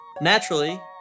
Naturally